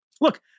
Look